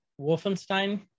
Wolfenstein